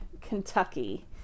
Kentucky